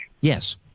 Yes